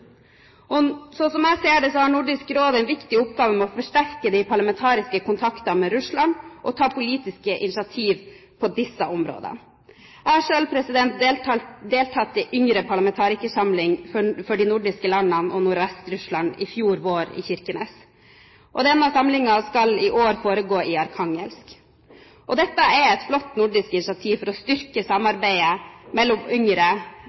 jeg ser det, har Nordisk Råd en viktig oppgave med å forsterke de parlamentariske kontaktene med Russland og ta politiske initiativ på disse områdene. Jeg har selv deltatt i yngre parlamentarikersamling for de nordiske landene og Nordvest-Russland i fjor vår i Kirkenes. Denne samlingen skal i år foregå i Arkhangelsk. Dette er et flott nordisk initiativ for å styrke samarbeidet mellom yngre